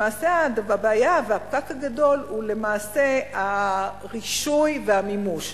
למעשה הבעיה והפקק הגדול הם הרישוי והמימוש.